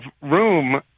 room